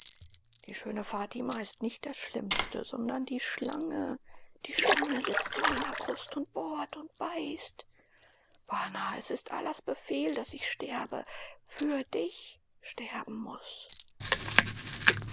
die schöne fatima ist nicht das schlimmste sondern die schlange die schlange sitzt in meiner brust und bohrt und beißt bana es ist allahs befehl daß ich sterben für dich sterben muß